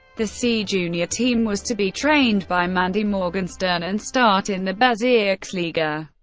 the c-junior team was to be trained by mandy morgenstern and start in the bezirksliga.